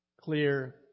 clear